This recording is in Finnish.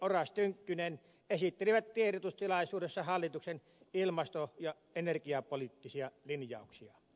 oras tynkkynen esittelivät tiedotustilaisuudessa hallituksen ilmasto ja energiapoliittisia linjauksia